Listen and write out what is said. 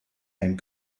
einen